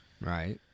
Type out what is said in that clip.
right